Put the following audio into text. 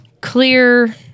Clear